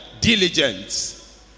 Diligence